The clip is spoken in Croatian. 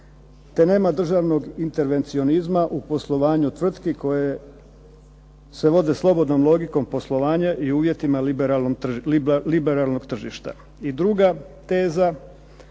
te nema državnog intervencionizma u poslovanju tvrtki koje se vode slobodnom logikom poslovanja i uvjetima liberalnog tržišta." I druga teza,